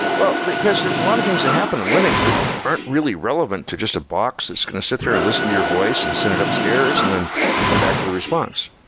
well, because there's a lot of things that happen in linux that are really relevant to just a box that's going to sit there and listen to your voice and send it upstairs and then come back with a response.